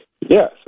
Yes